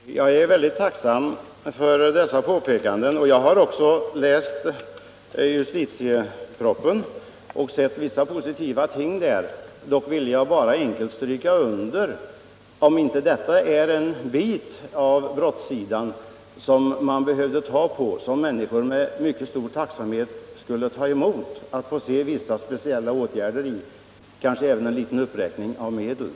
Herr talman! Jag är väldigt tacksam för dessa påpekanden. Jag har läst den del av budgetpropositionen som avser justitiedepartementets verksamhetsområde och noterat en del positivt där, men jag skulle vilja understryka att det vi här talar om torde vara en del av brottsligheten som kräver särskilda åtgärder. Människor skulle med mycket stor tacksamhet välkomna speciella åtgärder här och kanske även en liten uppräkning av medlen.